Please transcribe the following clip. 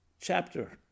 chapter